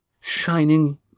shining